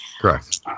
Correct